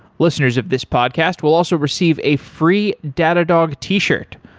listeners of this podcast will also receive a free datadog t-shirt.